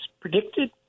predicted